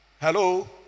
Hello